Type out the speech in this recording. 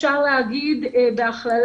אפשר לומר בהכללה,